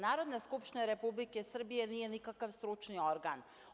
Narodna skupština Republike Srbije nije nikakav stručni organ.